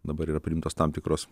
dabar yra priimtos tam tikros